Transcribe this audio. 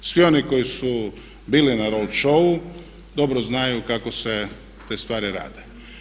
Svi oni koji su bili na road showu dobro znaju kako se te stvari rade.